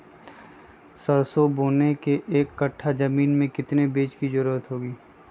सरसो बोने के एक कट्ठा जमीन में कितने बीज की जरूरत होंगी?